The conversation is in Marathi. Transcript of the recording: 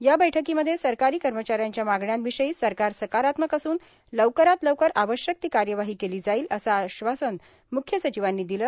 या बैठकीमध्ये सरकारी कर्मचाऱ्यांच्या मागण्यांविषयी सरकार सकारात्मक असून लवकरात लवकर आवश्यक ती कार्यवाही केली जाईल असं आश्वासन मुख्य सचिवांनी दिलं